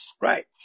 Right